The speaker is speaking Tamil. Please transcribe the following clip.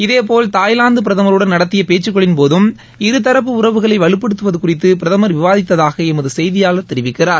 இதேபோல் தாய்லாந்து பிரதமருடன் நடத்திய பேச்சுக்களின்போதும் இருதரப்பு உறவுகளை வலுப்படுத்துவது குறித்து பிரதமர் விவாதித்ததாக எமது செய்தியாளர் தெரிவிக்கிறார்